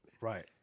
Right